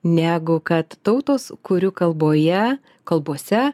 negu kad tautos kurių kalboje kalbose